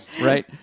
right